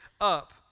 up